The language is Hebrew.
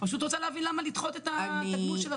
אני פשוט רוצה להבין למה לדחות את התגמול של התואר השני?